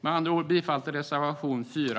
Jag yrkar bifall till reservation 4.